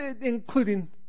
including